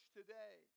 today